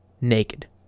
naked